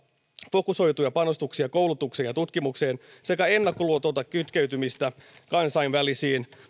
fokusoituja panostuksia koulutukseen ja tutkimukseen sekä ennakkoluulotonta kytkeytymistä kansainvälisiin